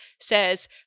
says